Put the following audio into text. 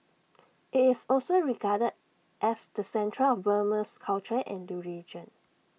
IT is also regarded as the centre of Burmese culture and religion